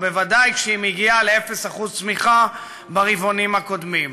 ובוודאי כשהיא מגיעה ל-0% צמיחה ברבעונים הקודמים.